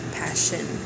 passion